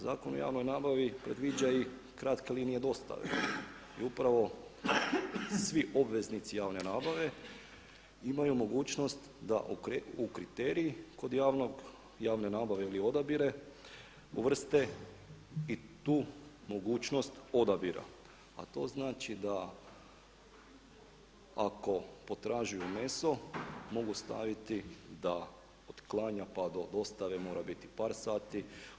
Zakon o javnoj nabavi predviđa i kratke linije dostave i upravo svi obveznici javne nabave imaju mogućnost da u kriterij kod javnog, javne nabave ili odabire uvrste i tu mogućnost odabira, a to znači da ako potražuju meso mogu staviti da od klanja pa do dostave mora biti par sati.